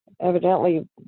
evidently